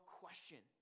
question